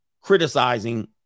criticizing